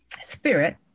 Spirit